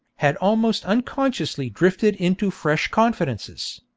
had almost unconsciously drifted into fresh confidences.